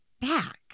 back